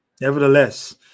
Nevertheless